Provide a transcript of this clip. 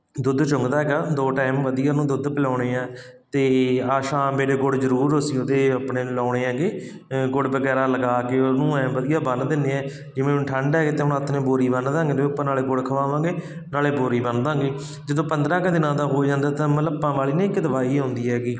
ਦੁੱਧ ਚੁੰਘਦਾ ਹੈਗਾ ਦੋ ਟਾਈਮ ਵਧੀਆ ਉਹਨੂੰ ਦੁੱਧ ਪਿਲਾਉਂਦੇ ਹਾਂ ਅਤੇ ਆਹ ਸ਼ਾਮ ਵੇਲੇ ਗੁੜ ਜ਼ਰੂਰ ਅਸੀਂ ਉਹਦੇ ਆਪਣੇ ਲਾਉਣੇ ਹੈਗੇ ਗੁੜ ਵਗੈਰਾ ਲਗਾ ਕੇ ਉਹਨੂੰ ਐਂ ਵਧੀਆ ਬੰਨ੍ਹ ਦਿੰਦੇ ਆ ਜਿਵੇਂ ਹੁਣ ਠੰਡ ਆ ਆਥਣੇ ਬੋਰੀ ਬੰਨ ਦਾਂਗੇ ਅਤੇ ਆਪਾਂ ਨਾਲੇ ਗੁੜ ਖਵਾਵਾਂਗੇ ਨਾਲੇ ਬੋਰੀ ਬੰਨ੍ਹ ਦਾਂਗੇ ਜਦੋਂ ਪੰਦਰ੍ਹਾਂ ਕੁ ਦਿਨਾਂ ਦਾ ਹੋ ਜਾਂਦਾ ਤਾਂ ਮਤਲਬ ਭਾ ਵਾਲੀ ਨਹੀਂ ਇੱਕ ਦਵਾਈ ਆਉਂਦੀ ਹੈਗੀ